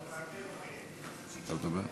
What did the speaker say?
תודה רבה.